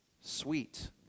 sweet